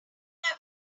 wife